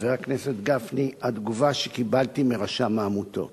חבר הכנסת גפני, את התגובה שקיבלתי מרשם העמותות: